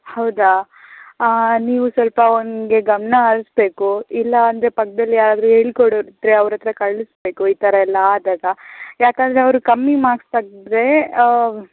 ಹೌದಾ ನೀವು ಸ್ವಲ್ಪ ಅವ್ನಿಗೆ ಗಮನ ಹರಿಸಬೇಕು ಇಲ್ಲ ಅಂದರೆ ಪಕ್ಕದಲ್ಲಿ ಯಾರಾದರೂ ಹೇಳ್ಕೊಡೋರಿದ್ರೆ ಅವ್ರ ಹತ್ರ ಕಳಿಸಬೇಕು ಈ ಥರ ಎಲ್ಲ ಆದಾಗ ಯಾಕೆಂದರೆ ಅವರು ಕಮ್ಮಿ ಮಾರ್ಕ್ಸ್ ತೆಗೆದ್ರೆ